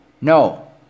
no